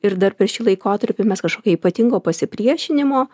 ir dar per šį laikotarpį mes kažkokio ypatingo pasipriešinimo